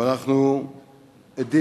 אבל אנחנו עדים,